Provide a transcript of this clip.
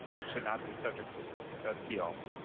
it should not be subject to appeal.